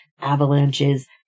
avalanches